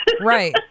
right